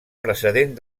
precedent